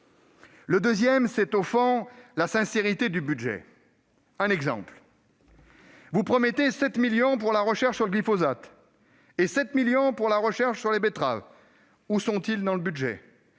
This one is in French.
Le deuxième vice concerne la sincérité du budget. Par exemple, vous promettez 7 millions d'euros pour la recherche sur le glyphosate et 7 millions d'euros pour la recherche sur les betteraves. Où sont-ils dans ce budget ?